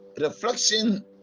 reflection